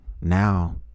now